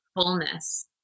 fullness